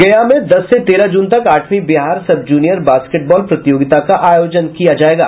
गया में दस से तेरह जून तक आठवीं बिहार सब जूनियर बास्टेबॉल प्रतियोगिता का आयोजन किया जायेगा